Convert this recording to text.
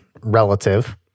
relative